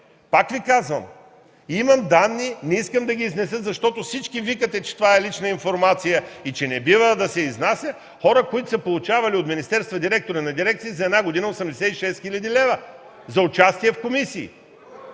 Пак Ви казвам, имам данни, не искам да ги изнеса, защото всички викате, че това е лична информация и че не бива да се изнася, за хора, които са получавали от министерства – директори на дирекции за една година 86 хил. лв. за участие в комисии.